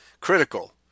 critical